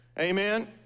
amen